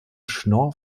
schnorr